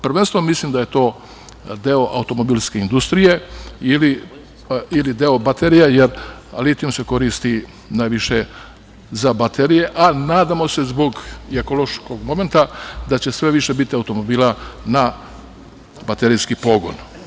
Prvenstveno mislim da je to deo automobilske industrije ili deo baterija, jer litijum se koristi najviše za baterije, a nadamo se i zbog ekološkog momenta da će sve više biti automobila na baterijski pogon.